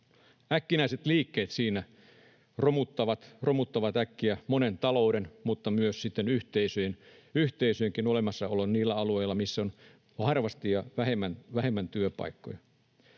Äkkinäiset liikkeet siinä romuttavat äkkiä monen talouden mutta myös sitten yhteisöjenkin olemassaolon niillä alueilla, missä on harvasti ja vähemmän työpaikkoja.